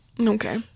Okay